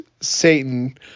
Satan